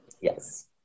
Yes